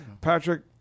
patrick